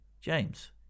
James